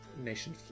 nation